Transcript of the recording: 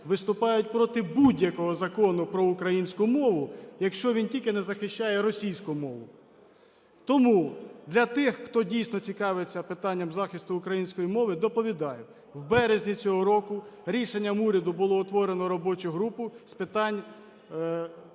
виступають проти будь-якого закону про українську мову, якщо він тільки не захищає російську мову. Тому для тих, хто дійсно цікавиться питанням захисту української мови, доповідаю. В березні цього року рішенням уряду було утворено робочу групу з питань